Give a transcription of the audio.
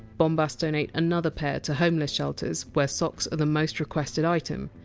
bombas donate another pair to homeless shelters, where socks are the most requested item.